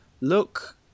look